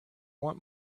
want